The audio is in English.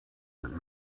that